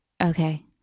Okay